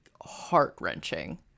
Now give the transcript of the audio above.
heart-wrenching